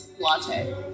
latte